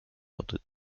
noted